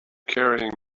carrying